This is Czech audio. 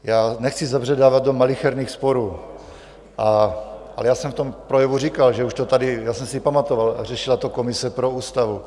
Já nechci zabředávat do malicherných sporů, ale já jsem v tom projevu říkal, že už to tady, já jsem si pamatoval, řešila to komise pro ústavu.